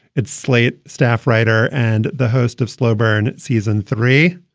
its slate staff writer and the host of slow burn season three,